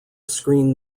screen